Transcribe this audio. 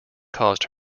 caused